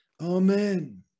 amen